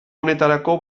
honetarako